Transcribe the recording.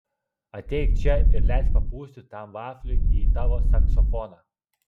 ateik čia ir leisk papūsti tam vafliui į tavo saksofoną